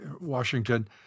Washington